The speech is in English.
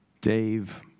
Dave